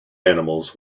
animals